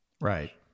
right